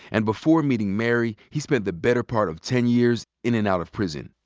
and before meeting mary, he spent the better part of ten years in and out of prison.